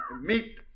Meet